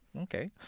Okay